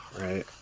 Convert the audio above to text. right